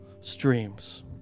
streams